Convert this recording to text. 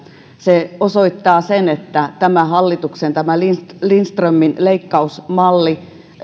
se osoittaa sen että tämä hallituksen ja lindströmin leikkausmalli